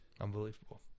Unbelievable